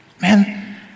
man